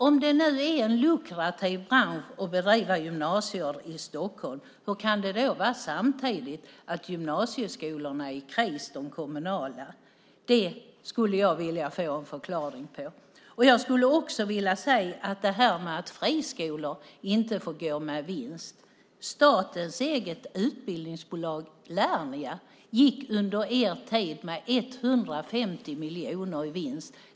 Om det är en lukrativ bransch att bedriva gymnasier i Stockholm undrar jag hur det kommer sig att de kommunala gymnasieskolorna är i kris. Det skulle jag vilja ha en förklaring till. Låt mig också säga något om att friskolor inte får gå med vinst. Statens eget utbildningsbolag Lernia gick under den tid ni var i majoritet med 150 miljoner i vinst.